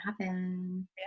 happen